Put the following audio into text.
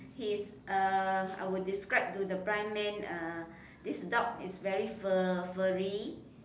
he's uh I would describe to the blind man uh this dog is very fur~ furry